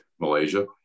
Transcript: Malaysia